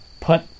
put